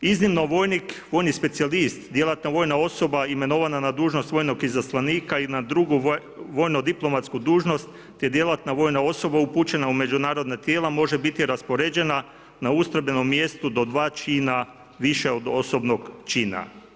Iznimno, vojnik, vojni specijalist, DVO imenovana na dužnost vojnog izaslanika i na drugu vojno-diplomatsku dužnost, te DVO upućena u međunarodna tijela može biti raspoređena na ustrojbenom mjestu do 2 čina više od osobnog čina.